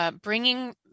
Bringing